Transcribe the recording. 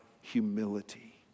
humility